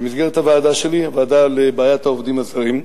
במסגרת הוועדה שלי, הוועדה לבעיית העובדים הזרים.